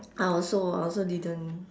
I also I also didn't